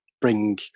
bring